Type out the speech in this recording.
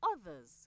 others